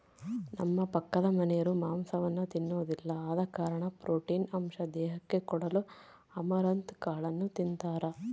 ನಮ್ಮ ಪಕ್ಕದಮನೆರು ಮಾಂಸವನ್ನ ತಿನ್ನೊದಿಲ್ಲ ಆದ ಕಾರಣ ಪ್ರೋಟೀನ್ ಅಂಶ ದೇಹಕ್ಕೆ ಕೊಡಲು ಅಮರಂತ್ ಕಾಳನ್ನು ತಿಂತಾರ